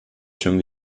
schon